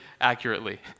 accurately